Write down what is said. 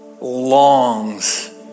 longs